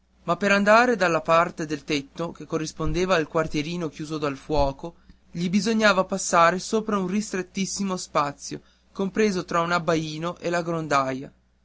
ma per andare dalla parte del tetto che corrispondeva al quartierino chiuso dal fuoco gli bisognava passare sopra un ristrettissimo spazio compreso tra un abbaino e la grondaia